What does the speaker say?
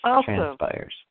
transpires